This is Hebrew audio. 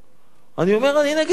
אני אומר: אני נגד השתמטות,